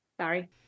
Sorry